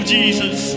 Jesus